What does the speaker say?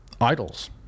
idols